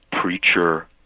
preacher